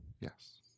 Yes